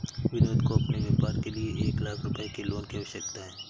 विनोद को अपने व्यापार के लिए एक लाख रूपए के लोन की आवश्यकता है